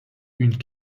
une